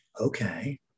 okay